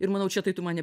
ir manau čia tai tu mane